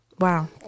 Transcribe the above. Wow